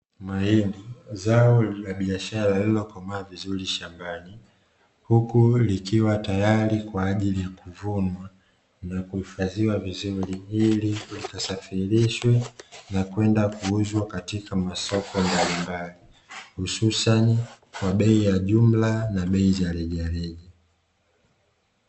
Mahindi, zao la biashara lililokomaa vizuri shambani, huku likiwa tayari kwa ajili ya kuvunwa na kuhifadhiwa vizuri ili likasafirishwe na kwenda kuuzwa katika masoko mbalimbali, hususan kwa bei ya jumla na bei za rejareja.